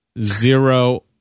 zero